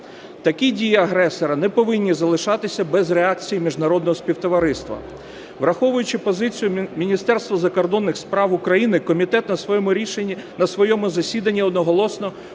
Такі дії агресора не повинні залишатися без реакції міжнародного співтовариства. Враховуючи позицію Міністерства закордонних справ України, комітет на своєму засіданні одноголосно